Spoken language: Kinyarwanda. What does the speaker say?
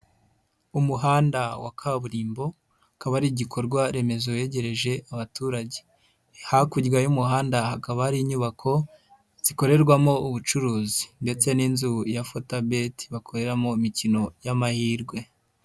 Umuhanda wa kaburimbo, ukaba ari igikorwa remezo begereje abaturage, hakurya y'umuhanda hakaba hari inyubako, zikorerwamo ubucuruzi ndetse n'inzu ya Fortebet, bakoreramo imikino y'amahirwe.